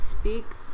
speaks